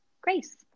grace